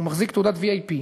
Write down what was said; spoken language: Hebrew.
הוא מחזיק תעודת VIP,